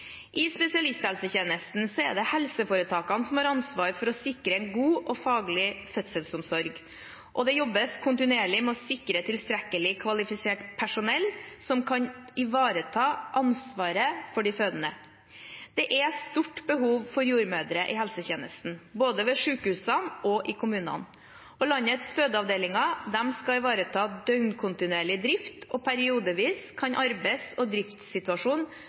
I spesialisthelsetjenesten er det helseforetakene som har ansvar for å sikre en god og faglig fødselsomsorg, og det jobbes kontinuerlig med å sikre tilstrekkelig kvalifisert personell som kan ivareta ansvaret for de fødende. Det er stort behov for jordmødre i helsetjenesten, både ved sykehusene og i kommunene. Landets fødeavdelinger skal ivareta døgnkontinuerlig drift, og periodevis kan arbeids- og